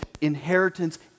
inheritance